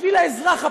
בשביל האזרח הפשוט,